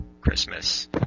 Christmas